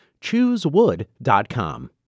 Choosewood.com